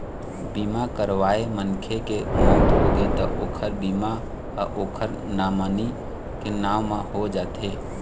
बीमा करवाए मनखे के मउत होगे त ओखर बीमा ह ओखर नामनी के नांव म हो जाथे